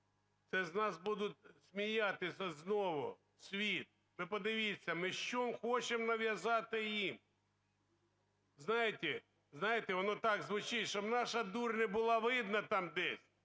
Це з нас будуть сміятися знову світ. Ви подивіться, ми що хочемо нав'язати їм? Знаєте, воно так звучить: щоб наша дурь не була видна там десь.